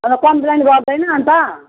र कम्प्लेन गर्दैन अनि त